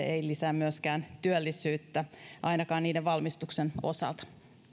ei tosiaan lisää myöskään työllisyyttä ainakaan niiden valmistuksen osalta